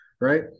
right